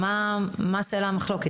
מה סלע המחלוקת?